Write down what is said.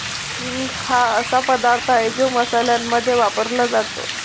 हिंग हा असा पदार्थ आहे जो मसाल्यांमध्ये वापरला जातो